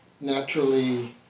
naturally